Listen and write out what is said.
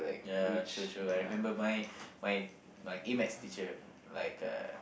ya true true I remember my my my A Math teacher like uh